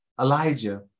Elijah